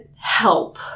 help